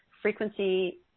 frequency